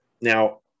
now